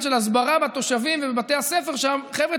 של הסברה לתושבים ולבתי הספר שם: חבר'ה,